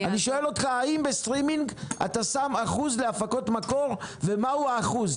אני שואל אותך האם בסטרימינג אתה משקיע אחוז להפקות מקור ומה הוא האחוז.